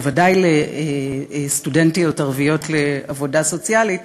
בוודאי לסטודנטיות ערביות לעבודה סוציאלית,